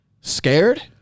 scared